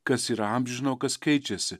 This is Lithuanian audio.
kas yra amžino o kas keičiasi